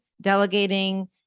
delegating